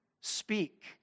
speak